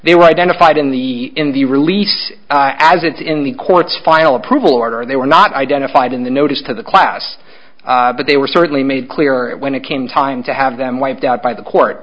were identified in the in the release as it's in the court's final approval order they were not identified in the notice to the class but they were certainly made clear when it came time to have them wiped out by the court